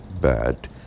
bad